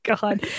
God